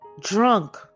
Drunk